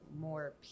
more